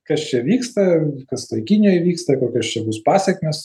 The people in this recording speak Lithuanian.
kas čia vyksta kas toj kinijoj vyksta kokios čia bus pasekmės